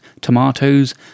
tomatoes